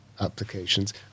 applications